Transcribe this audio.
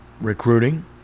recruiting